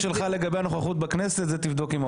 לעומת הכנסת הקודמת שבה יצאה לראשונה